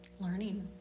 learning